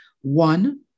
One